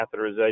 catheterization